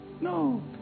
No